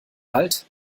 halt